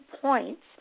points